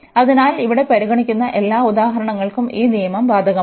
അതിനാൽ ഇവിടെ പരിഗണിക്കുന്ന എല്ലാ ഉദാഹരണങ്ങൾക്കും ഈ നിയമം ബാധകമാണ്